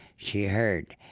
she heard,